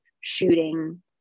shooting